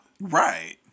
Right